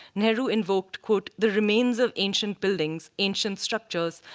nehru invoked, quote the remains of ancient buildings, ancient structures,